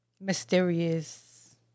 mysterious